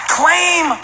claim